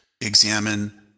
examine